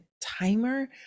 timer